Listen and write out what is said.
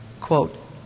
Quote